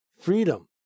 Freedom